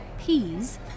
peas